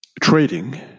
trading